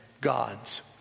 God's